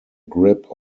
grip